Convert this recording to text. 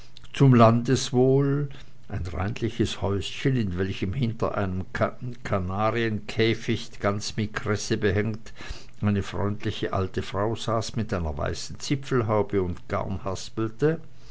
zum landeswohl ein reinliches häuschen in welchem hinter einem kanarienkäficht ganz mit kresse behängt eine freundliche alte frau saß mit einer weißen zipfelhaube und